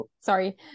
sorry